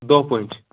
دۄہ پٲٹھۍ